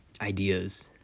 ideas